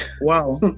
Wow